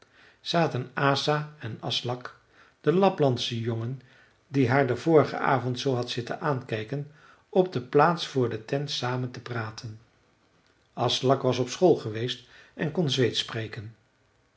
zaten asa en aslak de laplandsche jongen die haar den vorigen avond zoo had zitten aankijken op de plaats voor de tent samen te praten aslak was op school geweest en kon zweedsch spreken